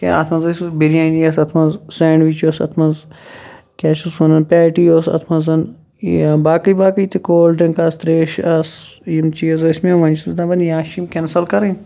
اتھ مَنٛز ٲسۍ بِریانی ٲسۍ اتھ مَنٛز سینڈوِچ ٲسۍ اتھ مَنٛز کیاہ چھِس وَنان پیٹی ٲسۍ اتھ مَنٛز یا باقٕے باقٕے تہِ کول ڈرنٛک آسہِ تریش آسہِ یِم چیٖز ٲسۍ مےٚ وۄنۍ چھُس دَپان یا چھِ یِم کینسل کَرٕنۍ